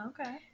Okay